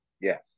Yes